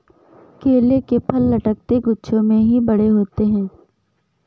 केले के फल लटकते गुच्छों में ही बड़े होते है